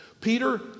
Peter